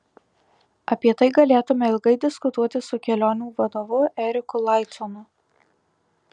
apie tai galėtume ilgai diskutuoti su kelionių vadovu eriku laiconu